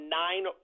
nine